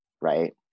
right